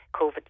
COVID